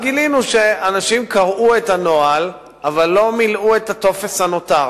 אז גילינו שאנשים קראו את הנוהל אבל לא מילאו את הטופס הנותר.